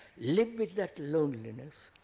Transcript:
live with that loneliness,